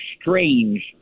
strange